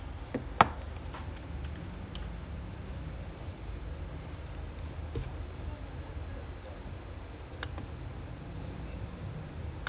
no actually who is if they say like நிறைய பேரு:niraiya paeru injured தான் சொன்னாங்க ஆனா:dhaan sonnaanga aanaa like is actually worsen than bad what like if you look at that team you see yesterday's team right